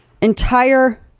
Entire